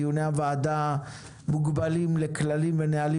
דיוני הוועדה מוגבלים לכללים ונהלים